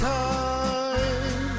time